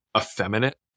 effeminate